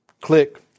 click